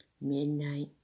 midnight